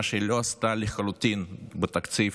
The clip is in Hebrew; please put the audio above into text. מה שהיא לחלוטין לא עשתה בתקציב